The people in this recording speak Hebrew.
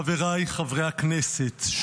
חבריי חברי הכנסת,